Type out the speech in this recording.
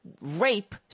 rape